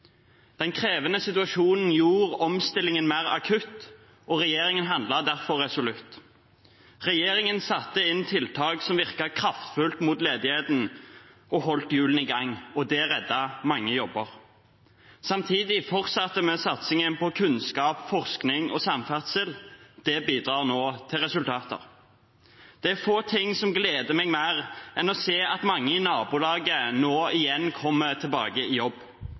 Den krevende situasjonen gjorde omstillingen mer akutt – og regjeringen handlet derfor resolutt. Regjeringen satte inn tiltak som virket kraftfullt mot ledigheten og holdt hjulene i gang. Det reddet mange jobber. Samtidig fortsatte vi satsingen på kunnskap, forskning og samferdsel. Det bidrar nå til resultater. Det er få ting som gleder meg mer enn å se at mange i nabolaget nå kommer tilbake i jobb.